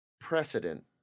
precedent